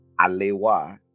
alewa